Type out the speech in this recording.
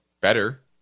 better